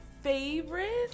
favorites